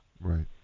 Right